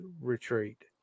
retreat